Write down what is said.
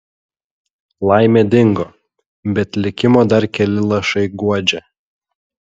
laimė dingo bet likimo dar keli lašai guodžia